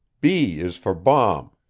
b is for bomb,